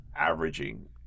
averaging